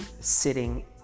sitting